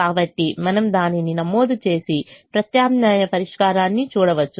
కాబట్టి మనము దానిని నమోదు చేసి ప్రత్యామ్నాయ పరిష్కారాన్ని చూడవచ్చు